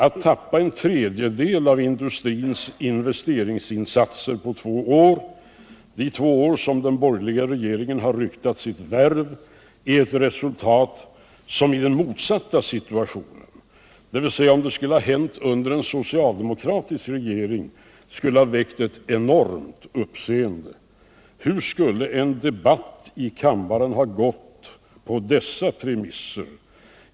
Att tappa en tredjedel av industrins investeringsinsatser på två år — de två år som den borgerliga regeringen har ryktat sitt värv — är ett resultat som i den motsatta situationen, dvs. om det skulle ha hänt under en socialdemokratisk regering, skulle ha väckt ett enormt uppseende. Hur skulle en debatt i kammaren ha gått på dessa premisser?